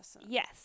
Yes